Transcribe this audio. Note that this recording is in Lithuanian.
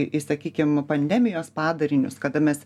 į sakykim pandemijos padarinius kada mes